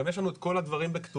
גם יש לנו את כל הדברים בכתובים,